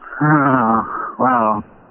wow